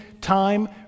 time